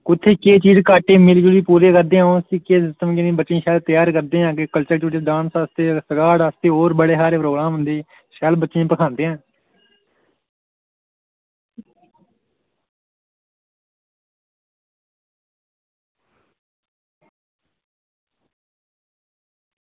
कुत्थै केह् घाटे मिली जुलियै पूरे करदे आं ओह् उसी केह् सिस्टम बच्चें ई शैल त्यार करदे आं कल्चर एक्टीविटी डांस बास्तै स्कॉट बास्तै ते होर बड़े हारे प्रोग्राम होंदे शैल बच्चें गी बैठांदे